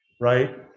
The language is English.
right